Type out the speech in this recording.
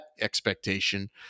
expectation